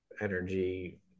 Energy